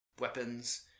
weapons